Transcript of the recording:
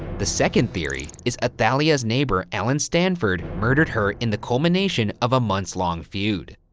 the second theory is athalia's neighbor, alan stanford, murdered her in the culmination of a months-long feud.